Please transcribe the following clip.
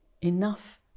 enough